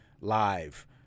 live